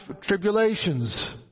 tribulations